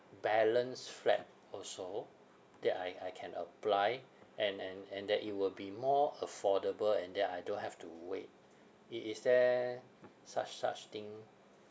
balance flat also that I I can apply and and and that it will be more affordable and that I don't have to wait i~ is there such such thing